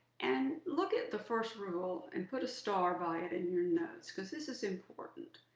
and look at the first rule and put a star by it in your notes, because this is important.